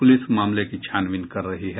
police मामले की छानबीन कर रही है